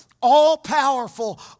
all-powerful